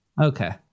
okay